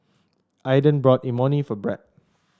Aaden bought Imoni for Bret